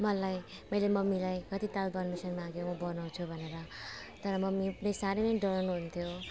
मलाई मैले मम्मीलाई कतिताल पर्मिसन माग्यो म बनाउँछु भनेर तर मम्मी पनि साह्रै नै डराउनु हुन्थ्यो